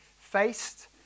faced